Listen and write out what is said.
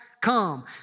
come